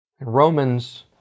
Romans